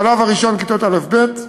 השלב הראשון, כיתות א'-ב',